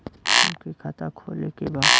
हमके खाता खोले के बा?